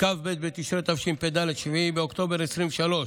כ"ב בתשרי התשפ"ד, 7 באוקטובר 2023,